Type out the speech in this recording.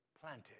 planted